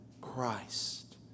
Christ